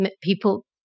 people